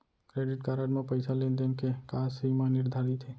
Credit card म पइसा लेन देन के का सीमा निर्धारित हे?